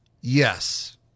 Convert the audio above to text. yes